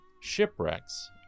shipwrecks